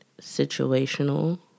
situational